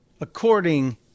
According